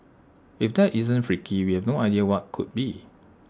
if that isn't freaky we have no idea what could be